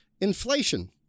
inflation